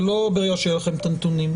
זה לא ברגע שיהיה לכם את הנתונים,